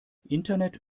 internet